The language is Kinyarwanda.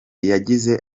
yagize